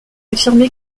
affirmé